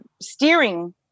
steering